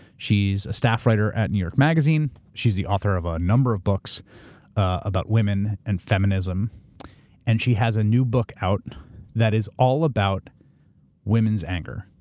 she's a staff writer at new york magazine. she's the author of a number of books about women and feminism and she has a new book out that is all about women's anger,